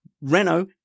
Renault